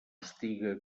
estiga